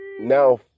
now